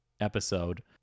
episode